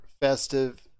festive